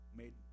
made